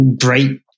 great